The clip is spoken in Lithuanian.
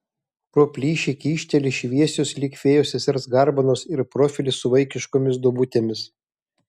pro plyšį kyšteli šviesios lyg fėjos sesers garbanos ir profilis su vaikiškomis duobutėmis